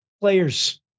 players